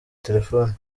telefone